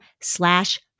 slash